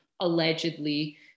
allegedly